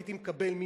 הייתי מקבל,